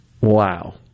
Wow